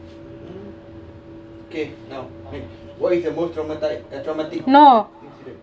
no